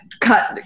cut